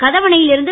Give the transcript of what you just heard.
கதவணையில் இருந்து